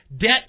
debt